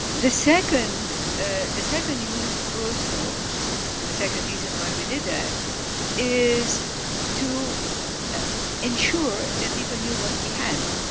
the second ah the second use also and the second reason and why we did that is to ensure that people knew what we had.